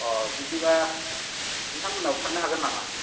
अ बिदिब्ला नोंथां मोननाव थांनो हागोन नामा